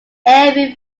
every